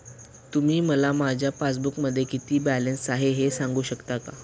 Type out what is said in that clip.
तुम्ही मला माझ्या पासबूकमध्ये किती बॅलन्स आहे हे सांगू शकता का?